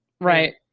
right